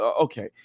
Okay